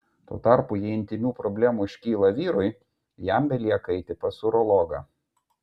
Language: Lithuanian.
tuo tarpu jei intymių problemų iškyla vyrui jam belieka eiti pas urologą